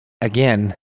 again